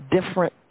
different